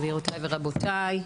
גבירותי ורבותי,